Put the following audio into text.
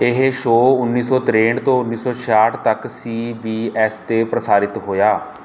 ਇਹ ਸ਼ੋਅ ਉੱਨੀ ਸੌ ਤਰੇਂਹਠ ਤੋਂ ਉੱਨੀ ਸੌ ਛਿਆਹਠ ਤੱਕ ਸੀ ਬੀ ਐੱਸ 'ਤੇ ਪ੍ਰਸਾਰਿਤ ਹੋਇਆ